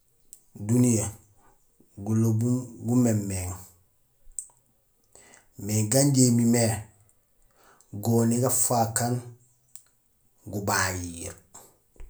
Duniyee gulobum gumémééŋ; mais gan injé imimé goni gafaak aan gubagiir.